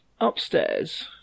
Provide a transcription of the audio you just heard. upstairs